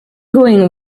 going